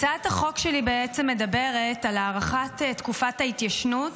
הצעת החוק שלי מדברת על הארכת תקופת ההתיישנות